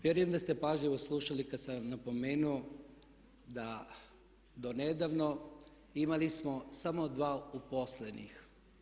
Vjerujem da ste pažljivo slušali kada sam vam napomenuo da do nedavno imali smo samo dvoje uposlenih.